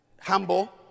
Humble